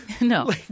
No